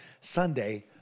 Sunday